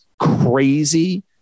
crazy